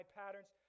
patterns